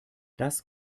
das